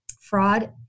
fraud